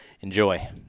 Enjoy